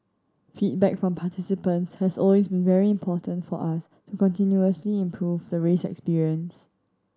feedback from participants has always been very important for us to continuously improve the race experience